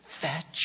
fetch